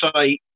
say